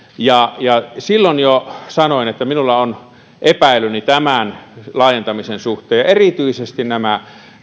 silloin jo sanoin että minulla on epäilyni tämän laajentamisen suhteen ja erityisesti